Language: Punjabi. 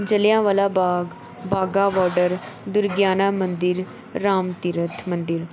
ਜਲ੍ਹਿਆਂਵਾਲਾ ਬਾਗ ਵਾਹਗਾ ਬਾਰਡਰ ਦੁਰਗਿਆਨਾ ਮੰਦਰ ਰਾਮ ਤੀਰਥ ਮੰਦਰ